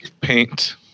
paint